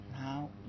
now